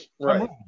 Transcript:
Right